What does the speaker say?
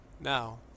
Now